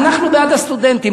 אנחנו בעד הסטודנטים.